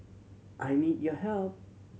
I need your help